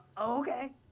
Okay